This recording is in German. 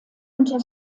unter